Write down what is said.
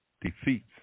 defeats